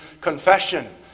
confession